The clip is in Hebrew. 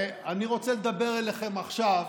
אני רוצה לדבר אליכם עכשיו